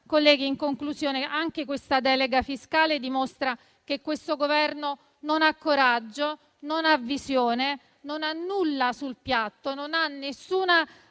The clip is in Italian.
Colleghi, in conclusione, anche questa delega fiscale dimostra che il Governo non ha coraggio, non ha visione, non ha nulla sul piatto. Non ha alcuna